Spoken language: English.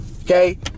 okay